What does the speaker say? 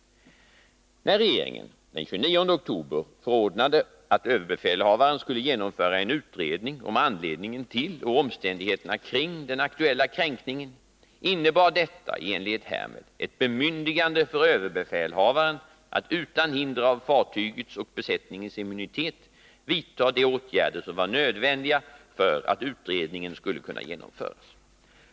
När regeringen den 29 oktober förordnade att överbefälhavaren skulle genomföra en utredning om anledningen till och omständigheterna kring den aktuella kränkningen, innebar detta i enlighet härmed ett bemyndigande för överbefälhavaren att utan hinder av fartygets och besättningens immunitet vidta de åtgärder som var nödvändiga för att utredningen skulle kunna genomföras.